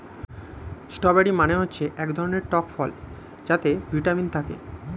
strawberry মানে হচ্ছে এক ধরনের টক ফল যাতে ভিটামিন থাকে